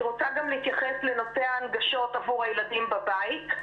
אני רוצה גם להתייחס לנושא ההנגשות עבור הילדים בבית.